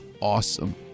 awesome